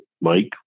Mike